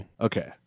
Okay